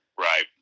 Right